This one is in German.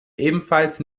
ebenfalls